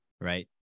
right